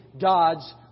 God's